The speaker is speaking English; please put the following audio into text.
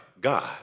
God